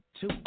two